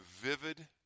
vivid